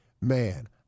Man